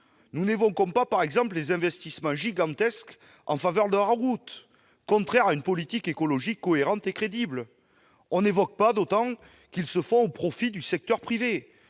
Nous n'évoquons pas, par exemple, les investissements gigantesques en faveur de la route, qui sont contraires à une politique écologique cohérente et crédible. Ils sont d'autant moins évoqués qu'ils se font au profit du secteur privé,